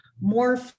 more